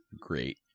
great